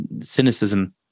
cynicism